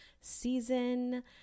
season